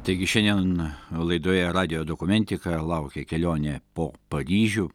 taigi šiandien laidoje radijo dokumentika laukia kelionė po paryžių